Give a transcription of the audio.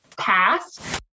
PASS